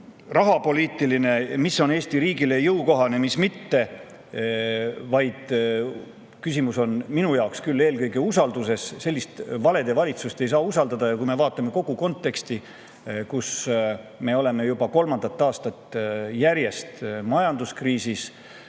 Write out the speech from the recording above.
rahapoliitiline, mis on Eesti riigile jõukohane ja mis mitte, vaid küsimus on minu jaoks küll eelkõige usalduses. Sellist valede valitsust ei saa usaldada. Ja kui me vaatame kogu konteksti, siis juba kolmandat aastat järjest oleme majanduskriisis.